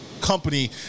company